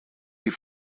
die